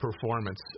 performance